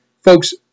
folks